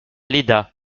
léda